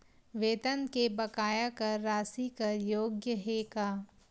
वेतन के बकाया कर राशि कर योग्य हे का?